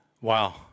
Wow